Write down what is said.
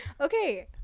Okay